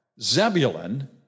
Zebulun